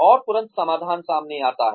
और तुरंत समाधान सामने आता है